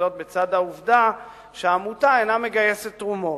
וזאת בצד העובדה שהעמותה אינה מגייסת תרומות.